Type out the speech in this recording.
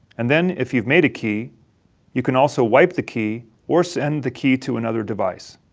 and then if you've made a key you can also wipe the key or send the key to another device.